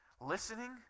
listening